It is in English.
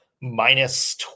minus